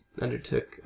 undertook